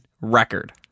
record